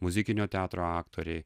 muzikinio teatro aktoriai